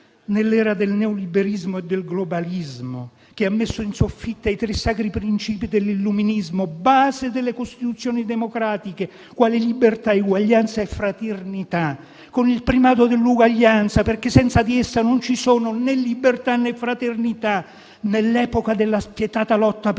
nell'era del neoliberismo e del globalismo che hanno messo in soffitta i tre sacri principi dell'illuminismo, base delle Costituzioni democratiche, quali libertà, uguaglianza e fraternità, con il primato dell'uguaglianza, perché senza di essa non ci sono né libertà ne fraternità, nell'epoca della spietata lotta per il potere